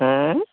হা